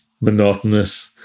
monotonous